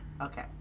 Okay